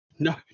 No